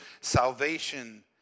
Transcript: salvation